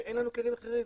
כשאין לנו כלים אחרים.